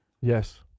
Yes